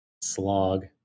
slog